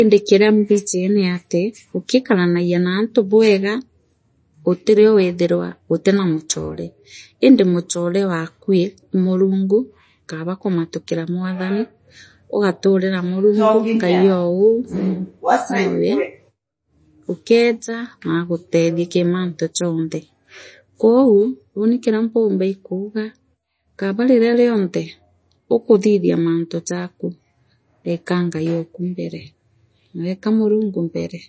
Indi kiria mbiji ni ati ugikaranagia na antu bwega utirio withira utina muchore indi muchore waakui li murungu Kaaba kumatukire mwathani ugaturira murungu ngaio o uu now likeeja naagutethie kiimanthi jonthe kou uuni kiria mpumba iikuuga Kaaba riria rionthe ukuthithia mantu jaaku ugokaa. Ngai ooku mbele weeka murungu mbele